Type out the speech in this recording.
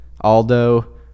Aldo